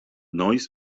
noise